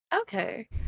okay